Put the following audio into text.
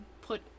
put